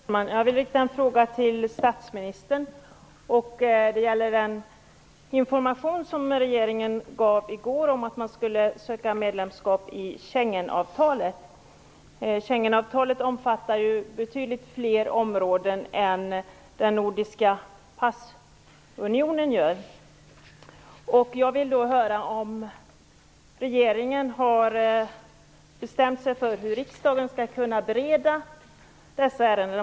Fru talman! Jag vill rikta en fråga till statsministern. Det gäller den information som regeringen gav i går om att man skulle söka medlemskap i Schengenavtalet. Schengenavtalet omfattar betydligt fler områden än vad den nordiska passunionen gör. Jag vill höra om regeringen har bestämt hur riksdagen skall bereda dessa ärenden.